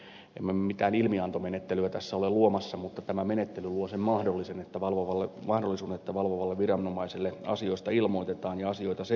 emme me mitään ilmiantomenettelyä tässä ole luomassa mutta tämä menettely luo sen mahdollisuuden että valvovalle viranomaiselle asioista ilmoitetaan ja asioita seurataan